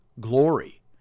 glory